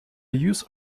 use